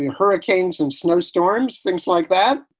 hurricanes and snow storms, things like that.